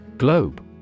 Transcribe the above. Globe